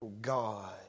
God